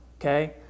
okay